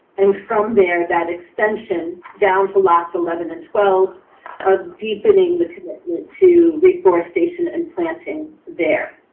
and from there that extension down to lots eleven and twelve of deepening, the commitment to reforestation and planting there.